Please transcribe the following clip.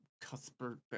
Cuthbert